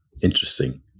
Interesting